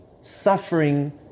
Suffering